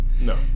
No